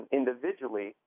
individually